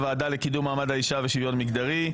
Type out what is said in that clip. הוועדה לקידום מעמד האישה ושוויון מגדרי,